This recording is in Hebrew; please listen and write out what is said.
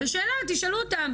תשאלו אותם